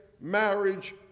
Marriage